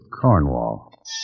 Cornwall